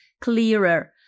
clearer